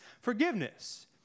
forgiveness